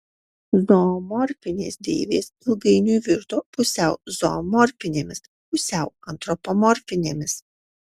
zoomorfinės deivės ilgainiui virto pusiau zoomorfinėmis pusiau antropomorfinėmis